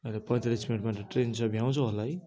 अहिले पैँतालिस मिनटमा त ट्रेन छ अहिले भ्याउँछ होला है